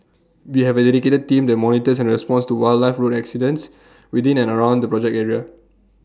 we have A dedicated team that monitors and responds to wildlife road incidents within and around the project area